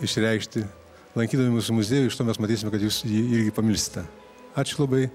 išreikšti lankydami mūsų muziejų iš to mes matysime kad jūs jį irgi pamilsite ačiū labai